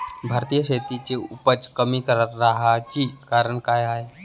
भारतीय शेतीची उपज कमी राहाची कारन का हाय?